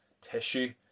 tissue